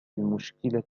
المشكلة